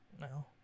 No